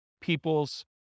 people's